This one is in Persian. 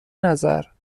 نظر